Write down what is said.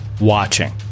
Watching